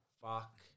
Fuck